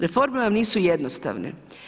Reforme vam nisu jednostavne.